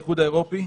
האיחוד האירופי.